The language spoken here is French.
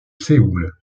séoul